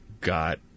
got